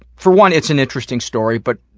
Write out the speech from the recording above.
for one, it's an interesting story, but,